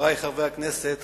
חברי חברי הכנסת,